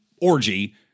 orgy